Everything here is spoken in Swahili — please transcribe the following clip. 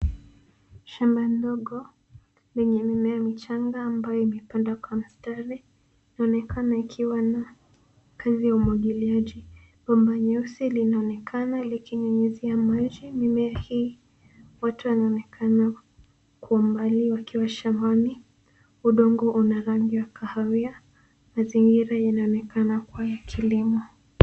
Shamba ndogo lenye mimea michanga ambayo imepandwa kwa mstari inaonekana ikiwa na kazi ya umwagiliaji. Bomba nyeusi linaonekana likinyunyuzia maji mimea hii. Watu wanaonekana kwa umbali wakiwa shambani. Udongo una rangi ya kahawia. Mazingira inaonekana kuwa ya kilimo.